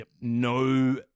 no